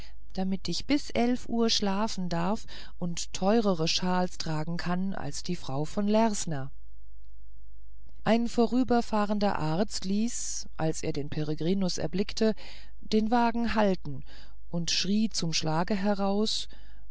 damit ich bis eilf uhr schlafen darf und teurere shawls tragen kann als die frau von lersner ein vorüberfahrender arzt ließ als er den peregrinus erblickte den wagen halten und schrie zum schlage heraus